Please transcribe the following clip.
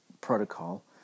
protocol